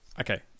Okay